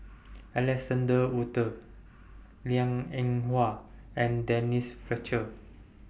Alexander Wolters Liang Eng Hwa and Denise Fletcher